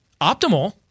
optimal